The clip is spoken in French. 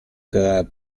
grave